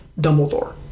Dumbledore